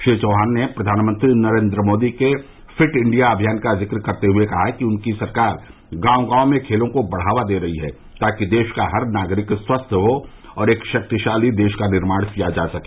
श्री चौहान ने प्रधानमंत्री नरेंद्र मोदी के फिट इंडिया अमियान का जिक्र करते हए कहा कि उनकी सरकार गांव गांव में खेलों को बढावा दे रही है ताकि देश का हर नागरिक स्वस्थ हो और एक शक्तिशाली देश का निर्माण किया जा सके